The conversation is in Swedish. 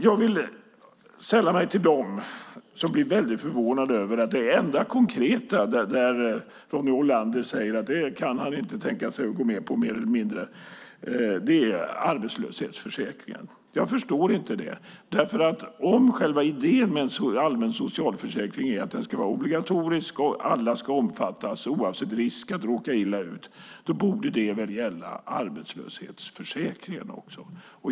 Jag sällar mig till dem som blir väldigt förvånade över att det enda konkreta som Ronny Olander säger att han inte kan tänka sig att gå med på är arbetslöshetsförsäkringen. Jag förstår inte det. Om själva idén med en allmän socialförsäkring är att den ska vara obligatorisk och att alla ska omfattas oavsett risk att råka illa ut borde det väl gälla arbetslöshetsförsäkringen också.